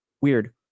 Weird